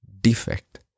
defect